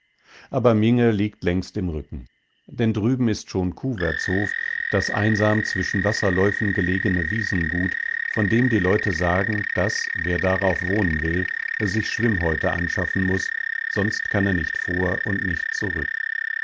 aber minge liegt längst im rücken denn drüben ist schon kuwertshof das einsam zwischen wasserläufen gelegene wiesengut von dem die leute sagen daß wer darauf wohnen will sich schwimmhäute anschaffen muß sonst kann er nicht vor und nicht zurück